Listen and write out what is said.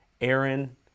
Aaron